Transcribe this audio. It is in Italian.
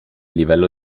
livello